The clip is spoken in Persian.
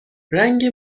رنگ